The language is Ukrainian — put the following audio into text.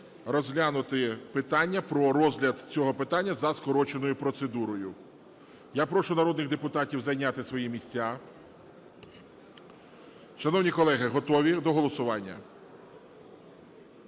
розглянути питання про розгляду цього питання за скороченою процедурою. Я прошу народних депутатів зайняти свої місця. Шановні колеги, готові до голосування?